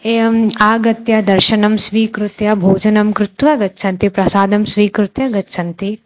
एवम् आगत्य दर्शनं स्वीकृत्य भोजनं कृत्वा गच्छन्ति प्रसादं स्वीकृत्य गच्छन्ति